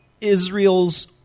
Israel's